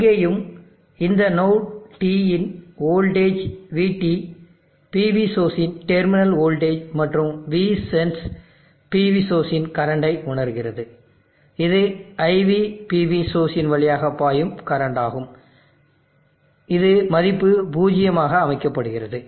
இங்கேயும் இந்த node T இன் வோல்டேஜ் vT PV சோர்ஸ் இன் டெர்மினல் வோல்டேஜ் மற்றும் V சென்ஸ் PV சோர்ஸ் இன் கரண்டை உணர்கிறது இது IVPV சோர்ஸ் இன் வழியாக பாயும் கரண்ட் ஆகும் இது மதிப்பு பூஜ்ஜியமாக அமைக்கப்படுகிறது